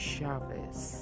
Chavez